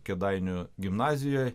kėdainių gimnazijoj